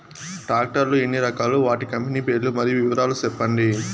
Tractor లు ఎన్ని రకాలు? వాటి కంపెని పేర్లు మరియు వివరాలు సెప్పండి?